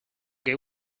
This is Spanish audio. que